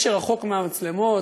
זה שרחוק מהמצלמות,